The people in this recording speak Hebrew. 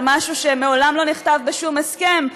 על משהו שמעולם לא נכתב בשום הסכם,